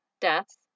deaths